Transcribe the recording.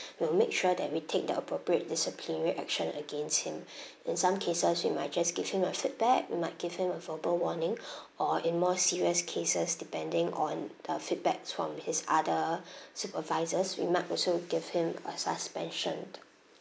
we'll make sure that we take the appropriate disciplinary action against him in some cases we might just give him a feedback we might give him a verbal warning or in more serious cases depending on uh feedbacks from his other supervisors we might also give him a suspension